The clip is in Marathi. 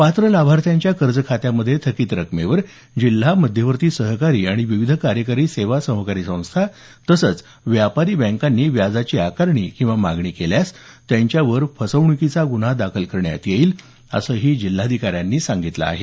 पात्र लाभार्थ्यांच्या कर्ज खात्यामध्ये थकीत रकमेवर जिल्हा मध्यवर्ती सहकारी आणि विविध कार्यकारी सेवा सहकारी संस्था तसंच व्यापारी बँकांनी व्याजाची आकारणी किंवा मागणी केल्यास त्यांच्यावर फसवण्कीचा गुन्हा दाखल करण्यात येईल असंही जिल्हाधिकाऱ्यांनी म्हटलं आहे